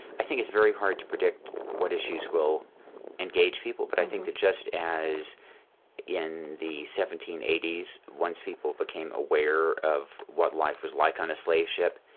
i think it's very hard to predict what issues will engage people, but i think that, just as in the seventeen eighty s, once people became aware of what life was like on a slave ship,